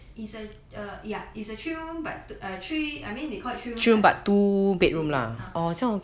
it's a err ya it's a three room but to a three I mean they called it three room flat but two bed